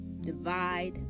divide